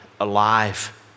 alive